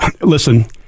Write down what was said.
Listen